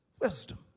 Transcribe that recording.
wisdom